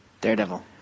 daredevil